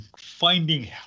finding